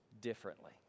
differently